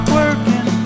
working